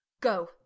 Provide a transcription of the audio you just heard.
Go